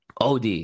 od